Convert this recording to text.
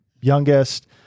youngest